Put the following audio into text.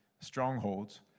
strongholds